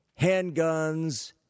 handguns